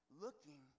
looking